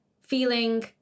feeling